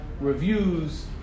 reviews